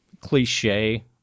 cliche